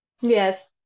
yes